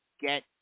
get